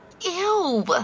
Ew